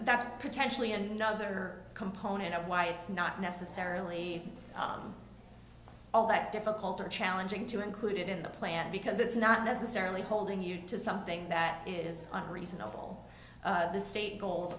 that's potentially another component of why it's not necessarily all that difficult or challenging to include it in the plan because it's not necessarily holding you to something that is reasonable the state goals